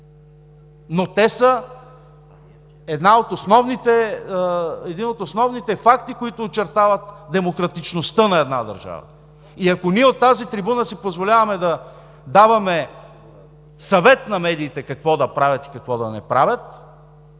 но те са един от основните факти, които очертават демократичността на една държава. И ако ние от тази трибуна си позволяваме да даваме съвет на медиите какво да правят и какво да не правят,